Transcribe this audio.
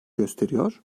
gösteriyor